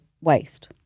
waste